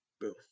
boom